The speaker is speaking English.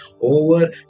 over